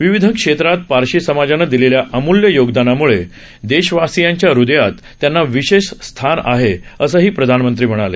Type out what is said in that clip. विविध क्षेत्रात पारशी समाजानं दिलेल्या अमूल्य योगदानामूळे देशवासीयांच्या हृदयात त्यांना विशेष स्थान आहे असंही प्रधानमंत्री म्हणाले